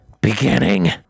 beginning